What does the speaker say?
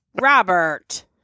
Robert